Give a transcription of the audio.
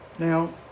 Now